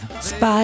Spy